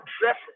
dresses